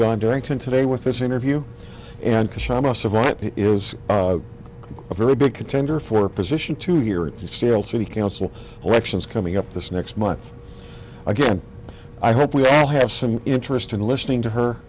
done doing today with this interview and it was a very big contender for a position to hear it's a sterile city council elections coming up this next month again i hope we all have some interest in listening to her